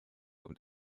und